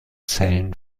zellen